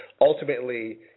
ultimately